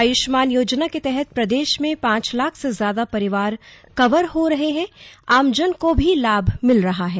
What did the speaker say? आयुष्मान योजना के तहत प्रदेश में पांच लाख से ज्यादा परिवार कवर हो रहे हैंआमजन को भी लाभ मिल रहा है